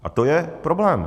A to je problém.